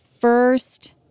first